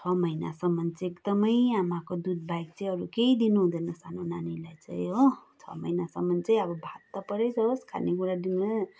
छ महिनासम्म चाहिँ एकदमै आमाको दुधबाहेक अरू चाहिँ केही दिनु हुँदैन सानो नानीलाई चाहिँ हो छ महिनासम्म चाहिँ अब भात त परै जाओस् खानेकुरा दिनमा